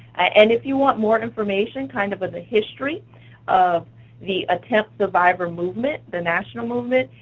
and if you want more information, kind of as a history of the attempt survivor movement, the national movement,